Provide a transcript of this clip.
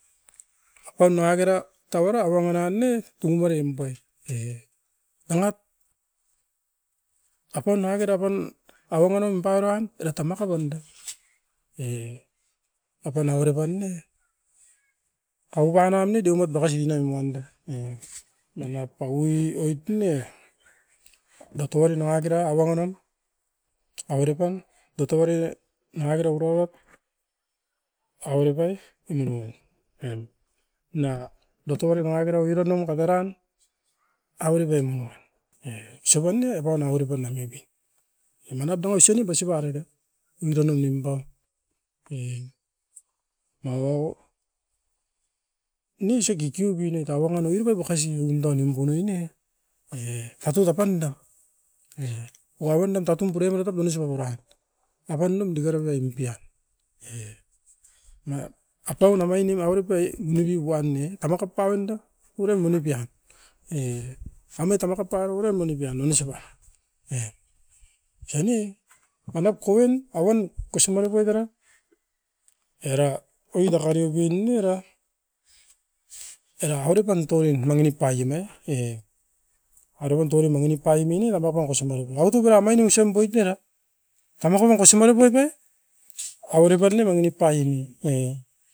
Apaun nangakera tauara bonga noan ne, tumori nimpai e. Dangat apaun nangakera apan abongo nimpa uruain era tamaka wanda. E apan avere pann ne kaupa namit deomait makasunoi muanda nin, manap paui oit ne datoan nangakera awanga nom avere pam dotovari nangakera purauat, avere pai indun. Na datuari nangakera oiran num kaperan, avere penumon e isop an ne apaun avere pan a muipi. E manap da musuni busibarait te, oironum nimpa e mauau nuisu kikiubi ne tauangan oiriba bukasi nuindo nimpuinoin e katuta pandam. E oka pondem tatum purae marutap mani isop o purain. Apan num dikerapai mi-pia, na apaun amainim averepai munirui koan ne tamakap pauanda purem moni pian. E kamit tamakap taua oira monipia monisipa. Osan ne, manap ko- in awan kosimara poit era, era oit tara nimpuin oira. Era auripan touim manginip paim e, arovon tourim manginip paimine era mapa kosimarako autuk era omain osim boit era. Tamakan kosimare poit ne, averepan ne manginip pai-in ne.